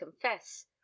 confess